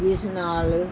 ਜਿਸ ਨਾਲ